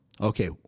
okay